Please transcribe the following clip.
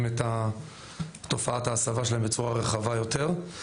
את תופעת ההסבה שלהם בצורה רחבה יותר.